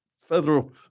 federal